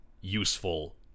useful